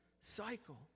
cycle